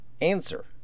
Answer